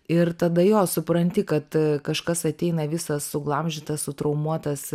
ir tada jo supranti kad kažkas ateina visas suglamžytas sutraumuotas